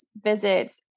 visits